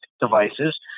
devices